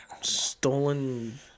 stolen